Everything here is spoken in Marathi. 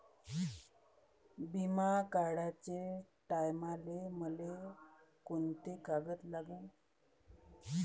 बिमा काढाचे टायमाले मले कोंते कागद लागन?